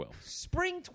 spring